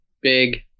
big